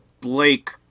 Blake